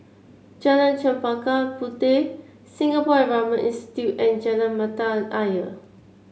Jalan Chempaka Puteh Singapore Environment Institute and Jalan Mata Ayer